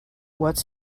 what’s